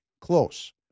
close